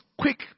quick